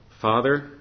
Father